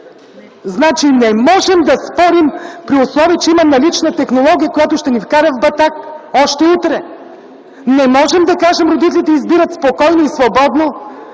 правите? Не можем да спорим, при условие че има налична технология, която ще ни вкара в батак още утре! Не можем да кажем на родителите да избират спокойно и свободно,